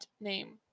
name